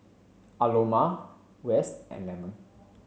Aloma Wes and Lemon